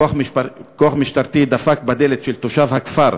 כוח משטרתי דפק בדלת של תושב הכפר,